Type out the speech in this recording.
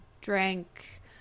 drank